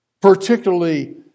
Particularly